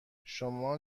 شما